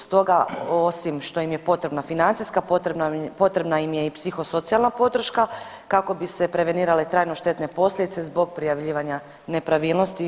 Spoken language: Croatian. Stoga osim što im je potrebna financijska potrebna im je i psihosocijalna podrška kako bi se prevenirale trajno štetne posljedice zbog prijavljivanja nepravilnosti.